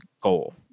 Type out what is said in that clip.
goal